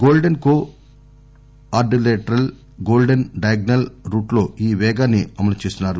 golden quadrilateral golden diagonal రూట్లో ఈ పేగాన్పి అమలు చేస్తున్నారు